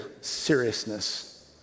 seriousness